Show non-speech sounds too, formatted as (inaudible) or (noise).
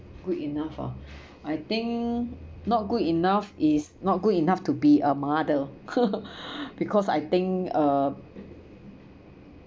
good enough ah I think not good enough is not good enough to be a mother (laughs) because I think uh